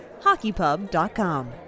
HockeyPub.com